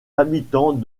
habitants